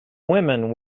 women